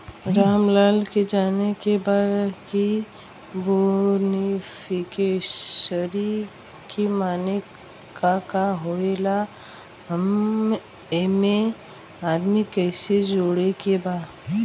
रामलाल के जाने के बा की बेनिफिसरी के माने का का होए ला एमे आदमी कैसे जोड़े के बा?